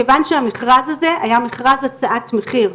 כיוון שהמכרז הזה היה מכרז הצעת מחיר.